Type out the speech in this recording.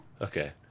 Okay